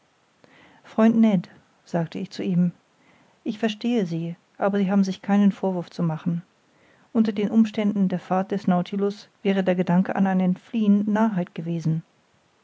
freund ned sagte ich zu ihm ich verstehe sie aber sie haben sich keinen vorwurf zu machen unter den umständen der fahrt des nautilus wäre der gedanke an ein entfliehen narrheit gewesen